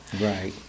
Right